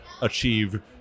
achieve